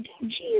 Jesus